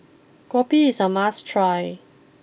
Kopi is a must try